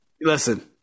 Listen